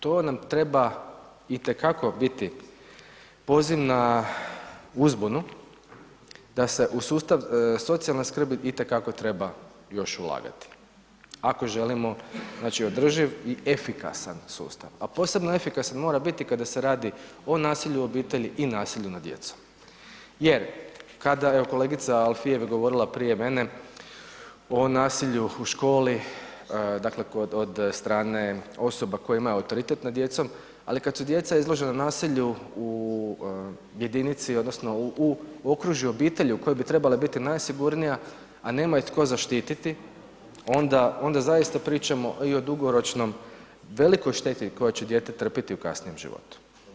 To na treba i te kako biti poziv na uzbunu, da se u sustav socijalne skrbi i te kako treba još ulagati, ako želimo, znači održiv i efikasan sustav, a posebno efikasan mora biti kada se radi o nasilju u obitelji i nasilju nad djecom jer kada, evo kolegice Alfirev je govorila prije mene, o nasilju u školi, dakle kod od strane osoba koje imaju autoritet nad djecom, ali kad su djeca izložena nasilju u jedinici odnosno u okružju obitelji u koje bi trebale biti najsigurnija, a nema ih tko zaštititi, onda zaista pričamo i o dugoročnom velikoj šteti koja će dijete trpjeti u kasnijem životu.